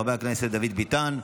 חבר הכנסת דוד ביטן.